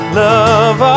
love